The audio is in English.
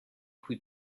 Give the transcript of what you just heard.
who